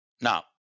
Now